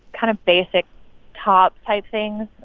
kind of basic top-type things.